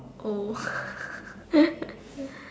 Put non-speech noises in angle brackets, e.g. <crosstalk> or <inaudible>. oh <laughs>